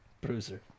Bruiser